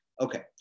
Okay